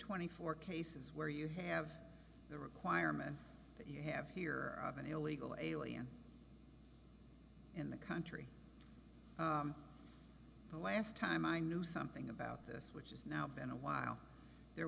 twenty four cases where you have the requirement that you have here of an illegal alien in the country the last time i knew something about this which is now been a while there